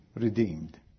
redeemed